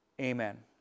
amen